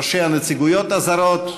ראשי הנציגויות הזרות,